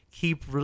Keep